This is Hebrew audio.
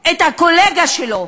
את הקולגה שלו,